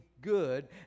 good